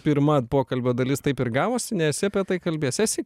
pirma pokalbio dalis taip ir gavosi nesi apie tai kalbėjęs esi